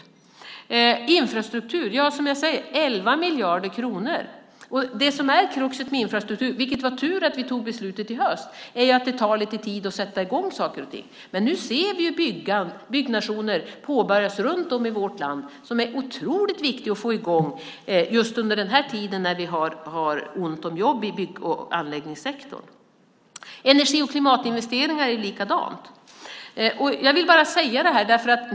När det gäller infrastrukturen satsar vi 11 miljarder kronor. Det som är kruxet med infrastruktur är att det tar lite tid att sätta i gång saker. Därför var det tur att vi tog beslutet i höstas. Nu ser vi byggnationer påbörjas runt om i vårt land. Det är otroligt viktigt nu när vi har ont om jobb i bygg och anläggningssektorn. När det gäller energi och klimatinvesteringar är det likadant.